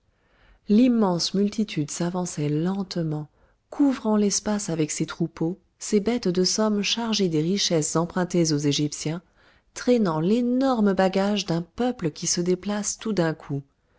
l'immense multitude s'avançait lentement couvrant l'espace avec ses troupeaux ses bêtes de somme chargées des richesses empruntées aux égyptiens traînant l'énorme bagage d'un peuple qui se déplace tout d'un coup